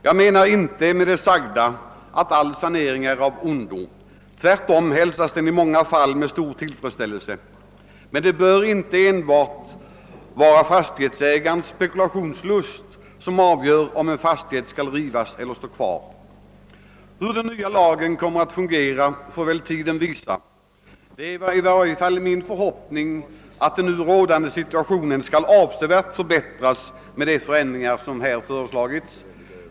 Jag menar inte med det anförda att all sanering är av ondo — tvärtom bör den i många fall hälsas med stor tillfredsställelse — men det bör inte enbart vara fastighetsägarens spekulationslust som skall avgöra, om en fastighet skall rivas eller stå kvar. Hur den nya lagen kommer att fungera får väl tiden utvisa. Det är min förhoppning att nu rådande situation avsevärt skall förbättras med de förändringar som företagits.